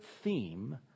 theme